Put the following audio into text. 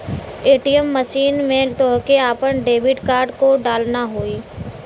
ATM machine में तोहके आपन डेबिट कार्ड को डालना होई